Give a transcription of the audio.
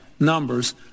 numbers